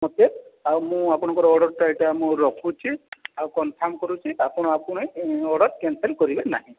ମୋତେ ଆଉ ମୁଁ ଆପଣଙ୍କର ଅର୍ଡ଼ରଟା ଏଇଟା ମୁଁ ରଖୁଛି ଆଉ କନଫର୍ମ କରୁଛି ଆପଣ ଆକୁ ନେଇ ଏବଂ ମୁଁ ଅର୍ଡ଼ର କ୍ୟାନସଲ୍ କରିବି ନାହିଁ